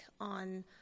on